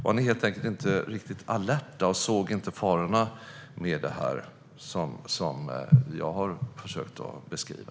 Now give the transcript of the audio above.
Var ni helt enkelt inte riktigt alerta och inte såg de faror som jag har försökt att beskriva?